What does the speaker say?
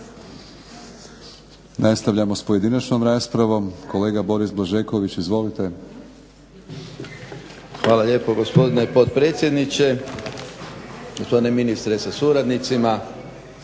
Nastavljamo s pojedinačnom raspravom. Kolega Boris Blažeković. Izvolite. **Blažeković, Boris (HNS)** Hvala lijepo gospodine potpredsjedniče, gospodine ministre sa suradnicima.